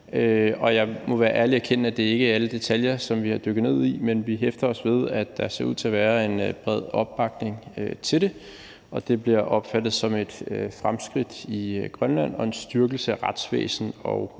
og jeg må være ærlig og erkende, at det ikke er alle detaljer, som vi har dykket ned i, men vi hæfter os ved, at der ser ud til at være en bred opbakning til det. Det bliver opfattet som et fremskridt i Grønland, som en styrkelse af retsvæsen